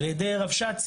על ידי רבש"צים,